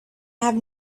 have